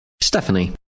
Stephanie